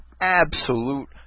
absolute